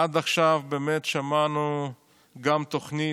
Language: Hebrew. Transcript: עד עכשיו באמת שמענו גם תוכנית,